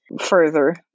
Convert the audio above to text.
further